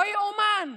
לא יאומן,